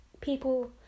people